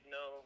no